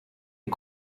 est